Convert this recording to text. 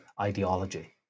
ideology